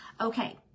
Okay